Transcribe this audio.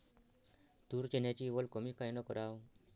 तूर, चन्याची वल कमी कायनं कराव?